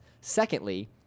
Secondly